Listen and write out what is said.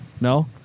No